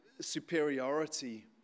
superiority